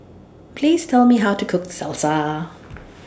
Please Tell Me How to Cook Salsa